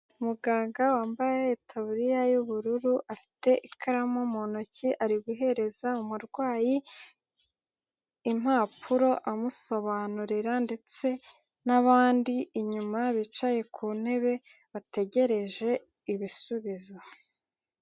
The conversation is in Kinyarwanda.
Muganga wambaye itaburiya y'ubururu afite ikaramu mu ntoki ari guhereza umurwayi impapuro amusobanurira ndetse n'abandi inyuma bicaye ku ntebe bategereje ibisubizo.